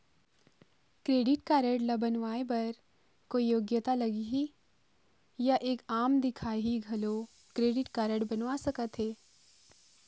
Credit card ला बनवाए बर कोई योग्यता लगही या एक आम दिखाही घलो क्रेडिट कारड बनवा सका थे?